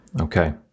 Okay